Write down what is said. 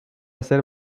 hacer